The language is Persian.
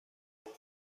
برای